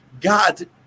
God